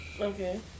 Okay